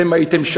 אתם הייתם,